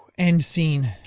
end scene.